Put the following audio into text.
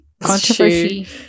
Controversy